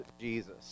Jesus